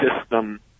system